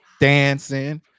dancing